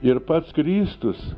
ir pats kristus